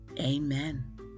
Amen